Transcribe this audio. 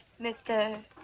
Mr